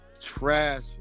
Trash